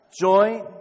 joy